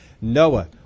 Noah